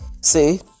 See